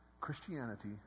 Christianity